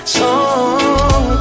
song